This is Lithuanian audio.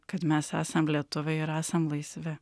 kad mes esam lietuviai esam laisvi